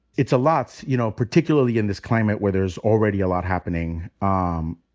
it's a lot, you know? particularly in this climate where there's already a lot happening. um